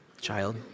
child